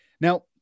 now